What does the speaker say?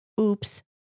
oops